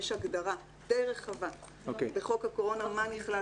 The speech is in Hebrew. יש הגדרה די רחבה בחוק הקורונה מה נכלל